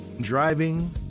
driving